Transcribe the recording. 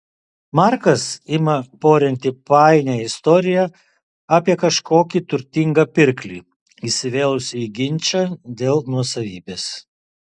markas ima porinti painią istoriją apie kažkokį turtingą pirklį įsivėlusį į ginčą dėl nuosavybės